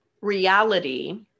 reality